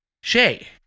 shay